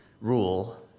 rule